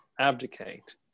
abdicate